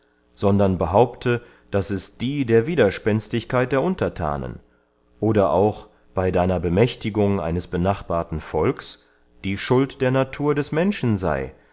sondern behaupte daß es die der widerspenstigkeit der unterthanen oder auch bey deiner bemächtigung eines benachbarten volks die schuld der natur des menschen sey